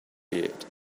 beard